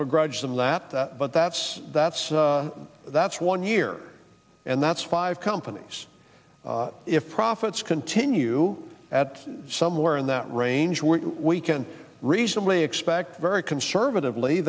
begrudge them lap but that's that's that's one year and that's five companies if profits continue at somewhere in that range where we can reasonably expect very conservatively